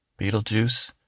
Beetlejuice